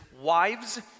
wives